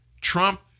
Trump